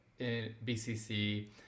BCC